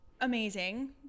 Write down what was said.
amazing